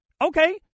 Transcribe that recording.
Okay